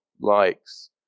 likes